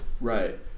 right